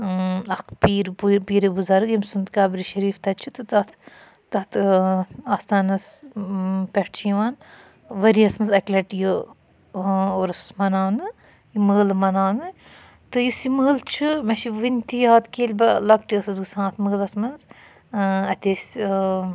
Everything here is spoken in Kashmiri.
اکھ پیٖرِ پیٖرِ بٕزَرگ یمہِ سُنٛد قَبرِ شریٖف تَتہِ چھُ تہٕ تَتھ تتھ آستانَس پٮ۪ٹھ چھِ یِوان ؤرۍ یَس مَنٛز اَکہِ لَٹہِ یہِ اُرُس مَناونہٕ مٲلہٕ یہِ مَناونہٕ تہٕ یُس یہِ مٲلہٕ چھُ مےٚ چھُ وٕنہِ تہِ یاد کہِ ییٚلہِ بہٕ لَکٹہِ ٲسِس گَژھان اتھ مٲلَس مَنٛز اَتہِ ٲسۍ